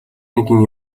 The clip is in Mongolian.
нэгэн